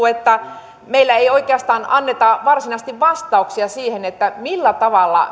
että meillä ei oikeastaan anneta varsinaisesti vastauksia siihen millä tavalla